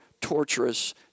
torturous